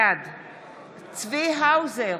בעד צבי האוזר,